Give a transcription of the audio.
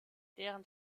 deren